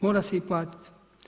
Mora se i platiti.